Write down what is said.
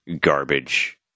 garbage